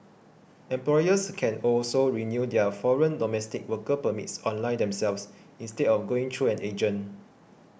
employers can also renew their foreign domestic worker permits online themselves instead of going through an agent